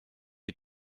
est